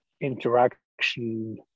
interaction